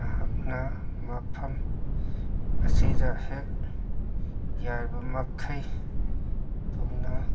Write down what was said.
ꯅꯍꯥꯛꯅ ꯃꯐꯝ ꯑꯁꯤꯗ ꯍꯦꯛ ꯌꯥꯔꯤꯕ ꯃꯈꯩ ꯊꯨꯅ